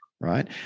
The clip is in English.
Right